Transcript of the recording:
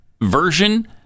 version